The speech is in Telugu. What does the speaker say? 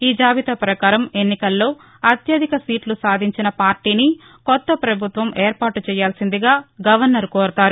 ఈజాబితా ప్రకారం ఎన్నికల్లో అత్యధిక సీట్లు సాధించిన పార్టీని కొత్త ప్రభుత్వం ఏర్పాటు చేయాల్సిందిగా గవర్నర్ కోరతారు